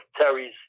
Terry's